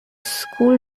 school